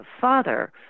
father